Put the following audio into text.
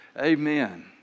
Amen